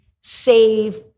save